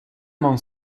mam